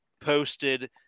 posted